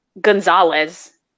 Gonzalez